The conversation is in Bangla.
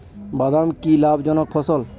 বাদাম কি লাভ জনক ফসল?